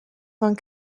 vingt